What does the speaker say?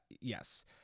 Yes